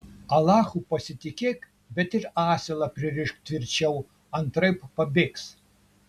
alachu pasitikėk bet ir asilą pririšk tvirčiau antraip pabėgs